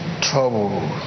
trouble